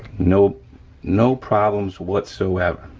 no no problems whatsoever,